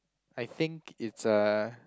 I think it's uh